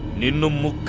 no